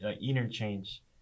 interchange